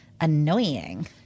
annoying